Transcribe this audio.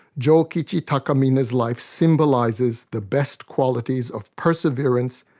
jokichi takamine's life symbolizes the best qualities of perseverance,